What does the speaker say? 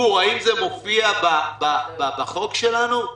גור, האם זה מופיע בחוק שלנו?